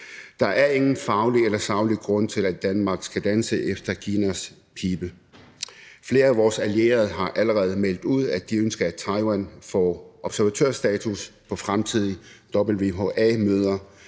Der er ingen faglige eller saglige grunde til, at Danmark skal danse efter Kinas pibe. Flere af vores allierede har allerede meldt ud, at de ønsker, at Taiwan får observatørstatus på fremtidige WHA-møder.